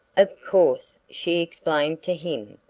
of course, she explained to him,